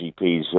GPs